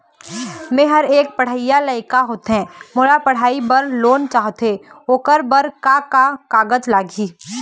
मेहर एक पढ़इया लइका लइका होथे मोला पढ़ई बर लोन चाहथों ओकर बर का का कागज लगही?